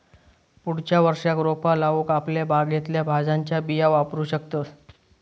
पुढच्या वर्षाक रोपा लाऊक आपल्या बागेतल्या भाज्यांच्या बिया वापरू शकतंस